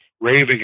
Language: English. raving